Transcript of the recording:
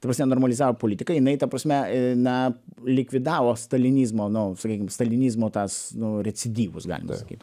ta prasme normalizavo politiką jinai ta prasme na likvidavo stalinizmo nu sakykim stalinizmo tas nu recidyvus galima sakyt